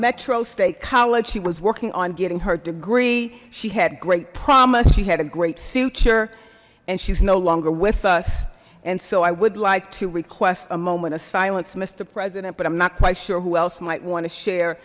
metro state college she was working on getting her degree she had great promise she had a great future and she's no longer with us and so i would like to request a moment of silence mister president but i'm not quite sure who else might want to share